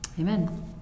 Amen